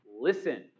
listen